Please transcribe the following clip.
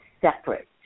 separate